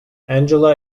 angela